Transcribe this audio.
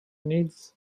needs